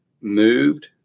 moved